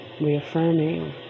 reaffirming